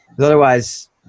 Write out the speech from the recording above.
Otherwise